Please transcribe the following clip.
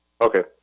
Okay